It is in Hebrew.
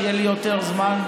שיהיה לי יותר זמן.